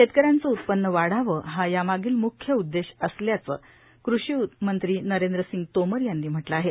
शेतकऱ्यांचे उत्पन्न वाढावं हा यामागील म्ख्य उद्देश असल्याचं कृषी मंत्री नरेंद्र सिंग तोमर यांनी म्हटलं आहे